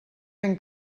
ben